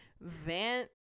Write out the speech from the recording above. Van